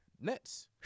Nets